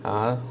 ah